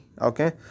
okay